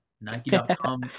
Nike.com